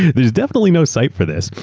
there's definitely no site for this.